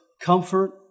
comfort